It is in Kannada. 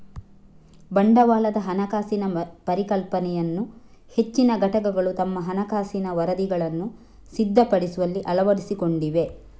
ಬಂಡವಾಳದ ಹಣಕಾಸಿನ ಪರಿಕಲ್ಪನೆಯನ್ನು ಹೆಚ್ಚಿನ ಘಟಕಗಳು ತಮ್ಮ ಹಣಕಾಸಿನ ವರದಿಗಳನ್ನು ಸಿದ್ಧಪಡಿಸುವಲ್ಲಿ ಅಳವಡಿಸಿಕೊಂಡಿವೆ